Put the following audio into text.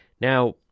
now